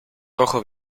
rojo